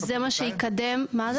מה זה?